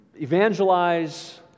evangelize